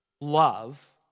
love